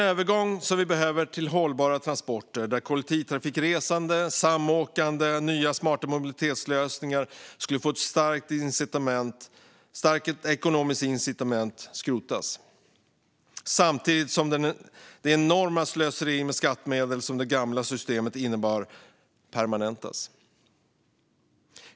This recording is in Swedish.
Övergången vi behöver till hållbara transporter där kollektivtrafikresande, samåkande och nya smarta mobilitetslösningar skulle få ett starkt ekonomiskt incitament skrotas samtidigt som det enorma slöseri med skattemedel som det gamla systemet innebar permanentas.